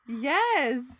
yes